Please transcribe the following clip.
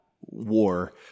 war